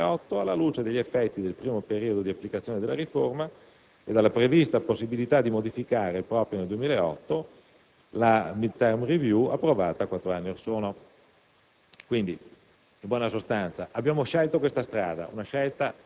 fatta comunque salva la possibilità di rivedere alcuni meccanismi di intervento nel 2008, alla luce degli effetti del primo periodo di applicazione della riforma e dalla prevista possibilità di modificare, proprio nel 2008, la *mid-term review* approvata quattro anni or sono.